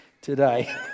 today